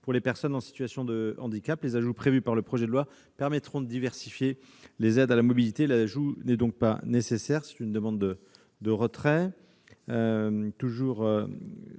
pour les personnes en situation de handicap. Les ajouts prévus par le projet de loi permettront de diversifier les aides à la mobilité. L'amendement n'est donc pas nécessaire : nous en sollicitons le retrait.